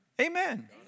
Amen